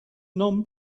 non